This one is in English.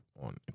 on